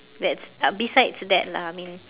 that's uh besides that lah I mean